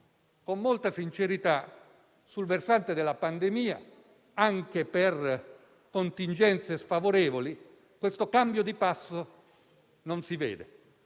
Con molta sincerità, sul versante della pandemia, anche per contingenze sfavorevoli, questo cambio di passo non si vede.